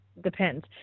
Depends